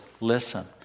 listen